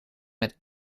met